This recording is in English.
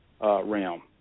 realm